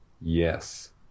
yes